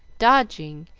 dodging,